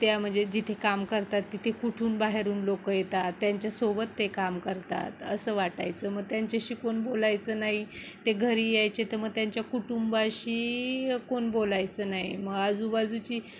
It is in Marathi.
त्या म्हणजे जिथे काम करतात तिथे कुठून बाहेरून लोक येतात त्यांच्यासोबत ते काम करतात असं वाटायचं मग त्यांच्याशी कोण बोलायचं नाही ते घरी यायचे तर मग त्यांच्या कुटुंबाशी कोण बोलायचं नाही मग आजूबाजूची